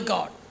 God